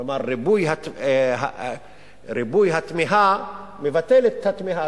כלומר, ריבוי התמיהה מבטל את התמיהה.